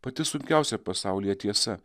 pati sunkiausia pasaulyje tiesa